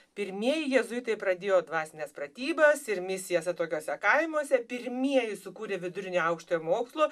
pirmieji jėzuitai pradėjo dvasines pratybas ir misijas atokiuose kaimuose pirmieji sukūrė vidurinio aukštojo mokslo